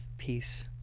peace